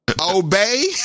Obey